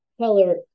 color